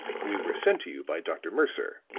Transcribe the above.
we were sent to you by dr. mercer,